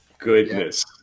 goodness